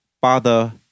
Father